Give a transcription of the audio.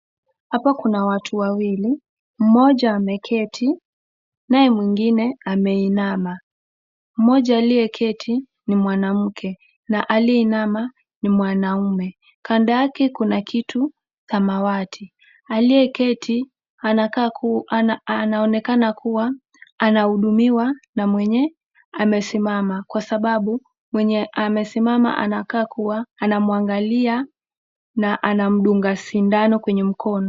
Hapa kuna watu wawili mmoja ameketi naye mwingine ameinama. Mmoja alieyeketi ni mwanamke na aliyeinama ni mwanaume kando yake kuna kiti samawati. Aliyeketi anaonekana kuwa anahudumiwa na mwenye amesimama kwa sababu mwenye amesimama anakaa kuwa anamwangalia na anamdunga sindano kwenye mkono.